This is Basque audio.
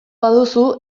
baduzu